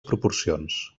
proporcions